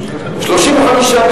32,